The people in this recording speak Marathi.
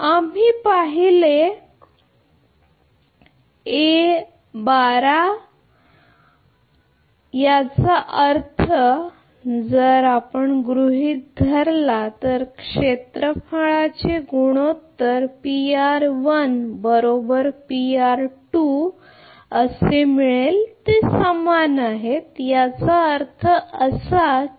आम्ही पाहिले आहे बरोबर याचा अर्थ असा की जर आपण गृहित धरले तर क्षेत्रफळाचे गुणोत्तर ते समान आहेत त्याचा अर्थ असा की